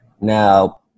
Now